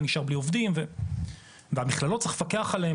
נשאר בלי עובדים והמכללות צריך לפקח עליהן,